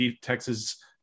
texas